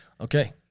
Okay